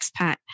expat